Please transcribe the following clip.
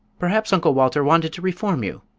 perhaps uncle walter wanted to reform you,